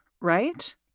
right